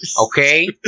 Okay